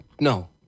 No